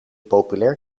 populair